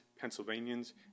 Pennsylvanians